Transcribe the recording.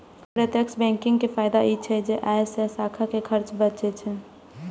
प्रत्यक्ष बैंकिंग के फायदा ई छै जे अय से शाखा के खर्च बचै छै